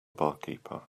barkeeper